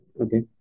Okay